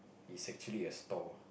is actually a store